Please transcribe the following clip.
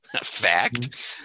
Fact